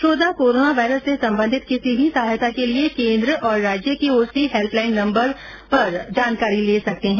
श्रोता corona virus से संबंधित किसी भी सहायता के लिए केन्द्र और राज्य की ओर से हेल्प लाइन नम्बर जारी किए गए है